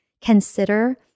consider